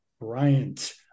Bryant